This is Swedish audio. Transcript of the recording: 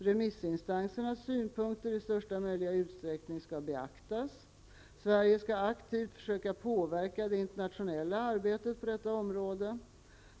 Remissinstansernas synpunkter skall i största möjliga utsträckning beaktas. Sverige skall aktivt försöka påverka det internationella arbetet på detta område.